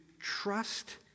trust